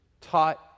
taught